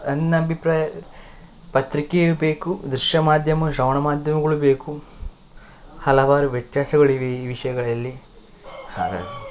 ನನ್ನ ಅಭಿಪ್ರಾಯ ಪತ್ರಿಕೆಯು ಬೇಕು ದೃಶ್ಯ ಮಾಧ್ಯಮ ಶ್ರವಣ ಮಾಧ್ಯಮಗಳು ಬೇಕು ಹಲವಾರು ವ್ಯತ್ಯಾಸಗಳಿವೆ ಈ ವಿಷಯಗಳಲ್ಲಿ ಹಾಗಾಗಿ